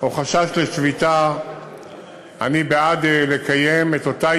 או חשש לשביתה אני בעד לקיים את אותה